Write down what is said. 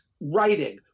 writing